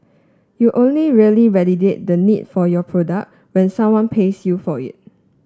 you only really validate the need for your product when someone pays you for it